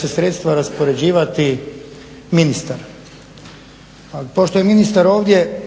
će sredstva raspoređivati ministar. A pošto je ministar ovdje